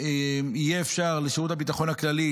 יתאפשר לשירות הביטחון הכללי,